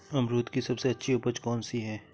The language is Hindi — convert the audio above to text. अमरूद की सबसे अच्छी उपज कौन सी है?